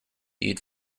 eat